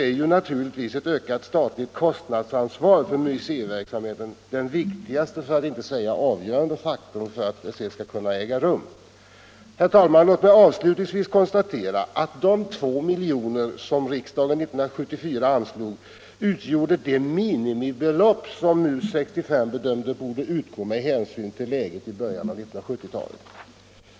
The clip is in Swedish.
Därvid är naturligtvis ett ökat statligt kostnadsansvar för museiverksamheten den viktigaste, för att inte säga avgörande faktorn. Herr talman! Låt mig konstatera att de 2 milj.kr. som riksdagen 1974 anslog utgjorde det minimibelopp som MUS 65 ansåg böra utgå med hänsyn till läget i början av 1970-talet.